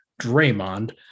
Draymond